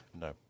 No